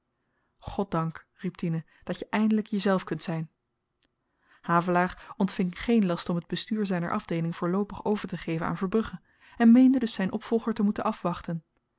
goddank riep tine dat je eindelyk jezelf kunt zyn havelaar ontving geen last om t bestuur zyner afdeeling voorloopig overtegeven aan verbrugge en meende dus zyn opvolger te moeten afwachten